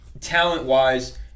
talent-wise